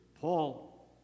Paul